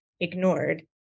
ignored